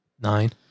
nine